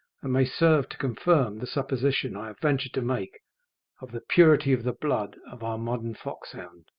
and may serve to confirm the supposition i have ventured to make of the purity of the blood of our modern foxhound.